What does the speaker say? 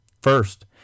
First